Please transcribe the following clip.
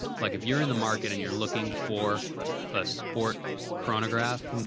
like if you're in the market and you're looking for a sport chronograph?